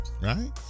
right